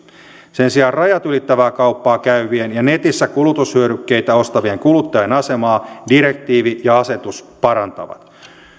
sen sijaan rajat ylittävää kauppaa käyvien ja netissä kulutushyödykkeitä ostavien kuluttajien asemaa direktiivi ja asetus parantavat